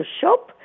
shop